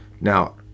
Now